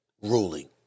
ruling